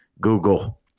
Google